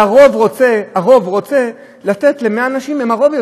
והרוב רוצה לתת ל-100 אנשים, הם הרוב.